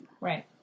Right